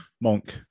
Monk